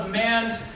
man's